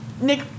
Nick